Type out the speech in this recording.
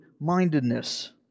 mindedness